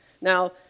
Now